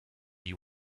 you